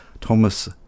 thomas